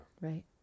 right